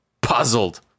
puzzled